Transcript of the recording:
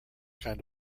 kind